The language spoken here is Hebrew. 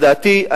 לדעתי,